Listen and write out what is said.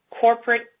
corporate